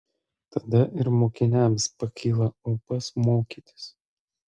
tada ir mokiniams pakyla ūpas mokytis